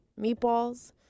meatballs